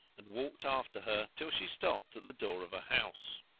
and walked after her till she stopped at the door of a house.